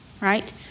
right